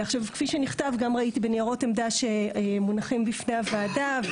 עכשיו כפי שנכתב וגם ראיתי בניירות עמדה שמונחים בפני הוועדה,